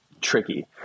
tricky